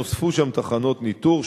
נוספו שם תחנות ניטור,